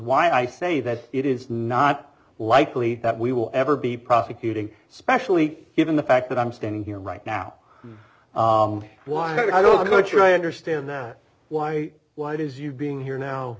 why i say that it is not likely that we will ever be prosecuting especially given the fact that i'm standing here right now why don't you i understand that why why it is you being here now